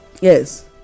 yes